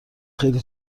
خیلی